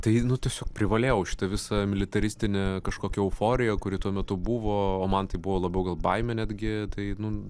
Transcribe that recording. tai tiesiog privalėjau šitą visą militaristinę kažkokią euforiją kuri tuo metu buvo o man tai buvo labiau baimė netgi tai nu